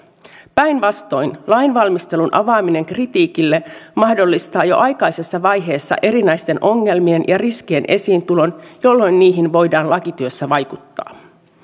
päinvastoin lainvalmistelun avaaminen kritiikille mahdollistaa jo aikaisessa vaiheessa erinäisten ongelmien ja riskien esiintulon jolloin niihin voidaan lakityössä vaikuttaa